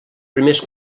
primers